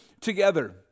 together